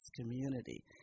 community